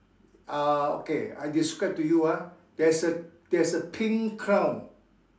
uh okay I describe to you ah there's a there's a pink crown